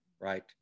right